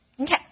Okay